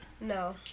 No